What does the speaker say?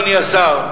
אדוני השר,